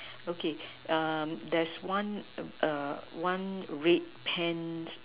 okay there's one one red pant